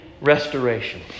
restoration